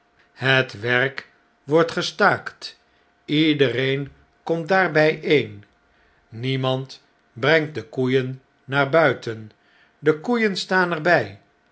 het werk wordt gestaakt iedereen komt daar bjjeen niemand brengt de koeien naar buiten de koeien staan er